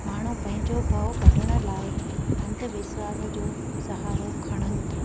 माण्हू पंहिंजो भउ कढण लाइ अंधविश्वासु जो सहारो खणनि था